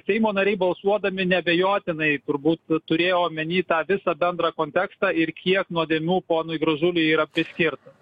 seimo nariai balsuodami neabejotinai turbūt turėjo omeny tą visą bendrą kontekstą ir kiek nuodėmių ponui gražuliui yra priskirta